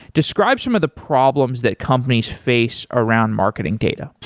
describe some of the problems that companies face around marketing data. yeah,